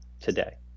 today